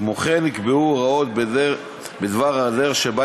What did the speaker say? כמו כן נקבעו הוראות בדבר הדרך שבה